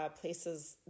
places